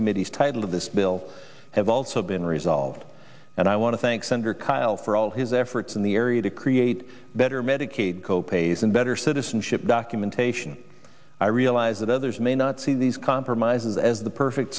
committee's title of this bill have also been resolved and i want to thank senator kyl for all his efforts in the area to create better medicaid co pays and better citizenship documentation i realize that others may not see these compromises as the perfect